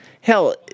hell